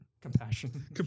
Compassion